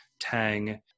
Tang